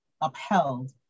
upheld